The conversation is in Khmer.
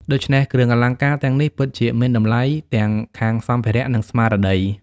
ដូច្នេះ គ្រឿងអលង្ការទាំងនេះពិតជាមានតម្លៃទាំងខាងសម្ភារៈ និងស្មារតី។